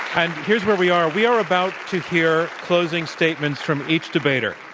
and here's where we are, we are about to hear closing statements from each debater.